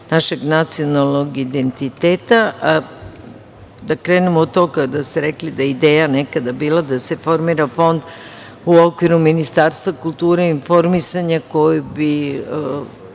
našeg nacionalnog identiteta. Da krenemo od toga da je ideja nekada bila da se formira fond u okviru Ministarstva kulture i informisanja koji bi